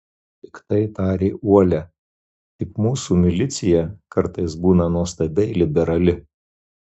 piktai tarė uolia tik mūsų milicija kartais būna nuostabiai liberali